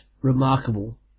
remarkable